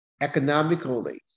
economically